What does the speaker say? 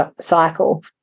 cycle